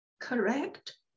correct